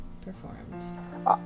performed